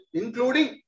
including